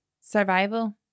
survival